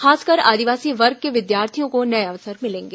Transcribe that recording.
खासकर आदिवासी वर्ग के विद्यार्थियों को नए अवसर मिलेंगे